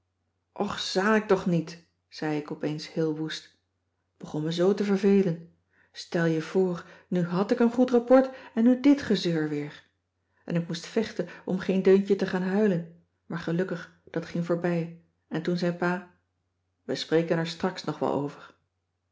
och zanik toch niet zei ik opeens heel woest t begon me zoo te vervelen stel je voor nu hàd ik een goed rapport en nu dit gezeur weer en ik moest vechten om geen deuntje te gaan huilen maar gelukkig dat ging voorbij en toen zei pa we spreken er straks nog wel over